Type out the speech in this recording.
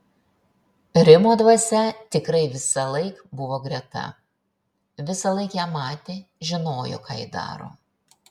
rimo dvasia tikrai visąlaik buvo greta visąlaik ją matė žinojo ką ji daro